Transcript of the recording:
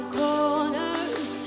corners